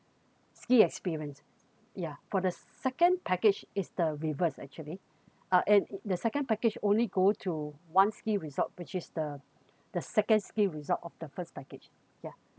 ski experience ya for the second package is the reverse actually uh and the second package only go to one ski resort which is the the second ski resort of the first package ya